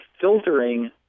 filtering